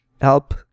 help